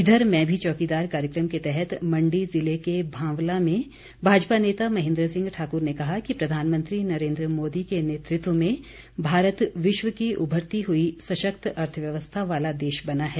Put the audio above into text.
इधर मैं भी चौकीदार कार्यक्रम के तहत मण्डी जिले के भांवला में भाजपा नेता महेन्द्र सिंह ठाक्र ने कहा कि प्रधानमंत्री नरेन्द्र मोदी के नेतृत्व में भारत विश्व की उभरती हुई सशक्त अर्थव्यवस्था वाला देश बना है